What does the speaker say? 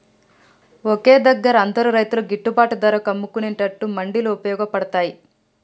ఒకే దగ్గర అందరు రైతులు గిట్టుబాటు ధరకు అమ్ముకునేట్టు మండీలు వుపయోగ పడ్తాయ్